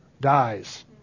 dies